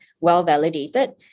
well-validated